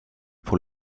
pour